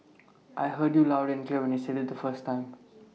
I heard you loud and clear when you said IT the first time